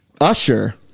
Usher